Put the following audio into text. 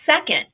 Second